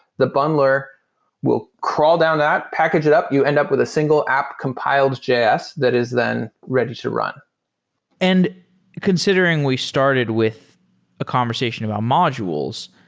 the bundler will crawl down that, package it up, you end up with a single app compiled js that is then ready to run and considering we started with a conversation about modules,